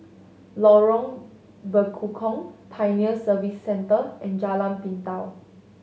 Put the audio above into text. Lorong Bekukong Pioneer Service Centre and Jalan Pintau